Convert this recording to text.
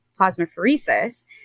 plasmapheresis